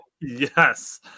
Yes